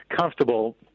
comfortable